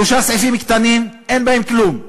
שלושה סעיפים קטנים, אין בהם כלום.